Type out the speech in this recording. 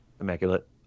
immaculate